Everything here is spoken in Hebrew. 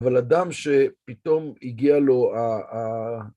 אבל אדם שפתאום הגיע לו ה...